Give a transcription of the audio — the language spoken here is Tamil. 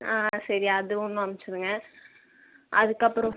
ஆ சரி அது ஒன்றும் அனுப்ச்சிருங்க அதுக்கப்புறம்